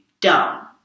dumb